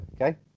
Okay